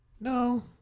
No